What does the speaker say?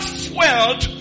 swelled